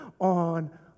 on